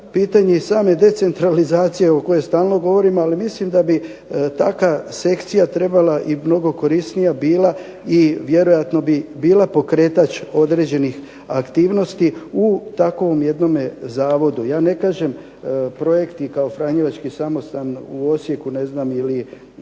pitanje i same decentralizacije o kojoj stalno govorimo, ali mislim da bi takva selekcija trebala i mnogo korisnija bila i vjerojatno bi bila pokretač određenih aktivnosti u takvom jednom zavodu. Ja ne kažem projekti kao Franjevački samostan u Osijeku ili